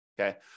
okay